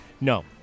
No